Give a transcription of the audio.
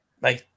Bye